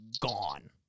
gone